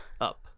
up